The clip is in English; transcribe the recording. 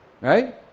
right